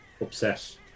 upset